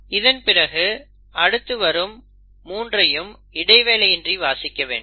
இதன் பிறகு அடுத்த வரும் மூன்றையும் இடைவேளை இன்றி வாசிக்க வேண்டும்